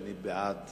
שאני בעד